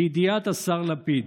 לידיעת השר לפיד,